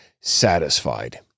satisfied